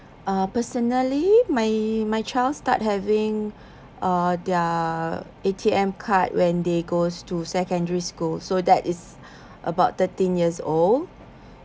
uh personally my my child start having uh their A_T_M card when they goes to secondary school so that is about thirteen years old